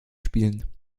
spielen